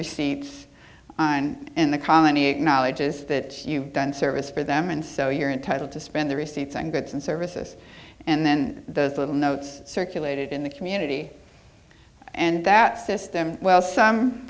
receipts and in the colony acknowledges that you've done service for them and so you're entitled to spend the receipts and goods and services and then the little notes circulated in the community and that system well some